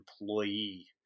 employee